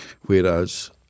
whereas